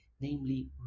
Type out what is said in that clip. namely